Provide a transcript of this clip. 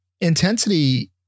intensity